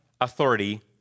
authority